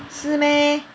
是 meh